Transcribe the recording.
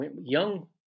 young